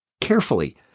carefully